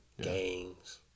gangs